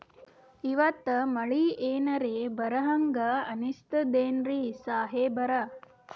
ಇವತ್ತ ಮಳಿ ಎನರೆ ಬರಹಂಗ ಅನಿಸ್ತದೆನ್ರಿ ಸಾಹೇಬರ?